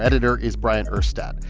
editor is bryant urstadt.